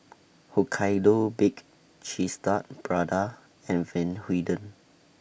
Hokkaido Baked Cheese Tart Prada and Van Houten